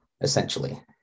essentially